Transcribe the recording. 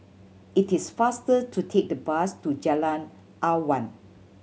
it is faster to take the bus to Jalan Awan